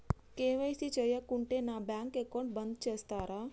KYC చేయకుంటే నా bank account బంద్ చేస్తరా?